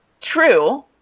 True